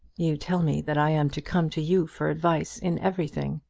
you tell me that i am to come to you for advice in everything.